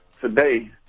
today